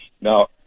Now